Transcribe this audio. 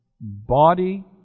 body